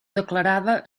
declarava